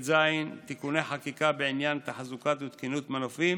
תיקוני חקיקה בעניין תחזוקה ותקינות מנופים,